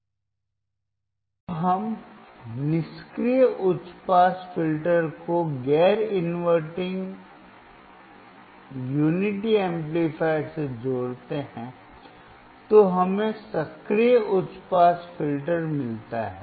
जब हम निष्क्रिय उच्च पास फिल्टर को गैर इनवर्टिंग एकता एम्पलीफायर से जोड़ते हैं तो हमें सक्रिय उच्च पास फिल्टर मिलता है